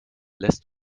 lässt